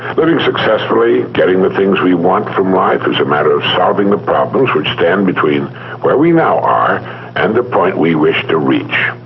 living successfully, getting the things we want from life, is a matter of solving the problems which stand between where we now are and the point we wish to reach.